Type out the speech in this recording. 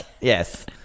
yes